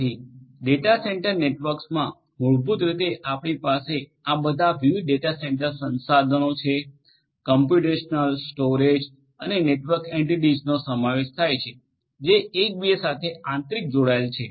તેથી data centre નેટવર્કમાં મૂળભૂત રીતે આપણી પાસે આ બધાં વિવિધ ડેટા સેન્ટર સંશાધનો છે કમ્પ્યુટેશનલ સ્ટોરેજ અને નેટવર્ક એન્ટિટીઝનો સમાવેશ થાય છે જે એક બીજા સાથે આંતરિક જોડાયેલ છે